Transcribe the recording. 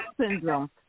syndrome